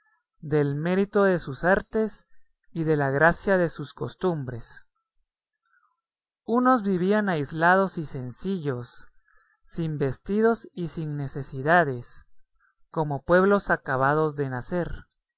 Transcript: del mérito de sus artes y de la gracia de sus costumbres unos vivían aislados y sencillos sin vestidos y sin necesidades como pueblos acabados de nacer